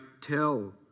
tell